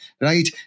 Right